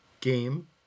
game